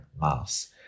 mass